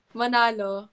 manalo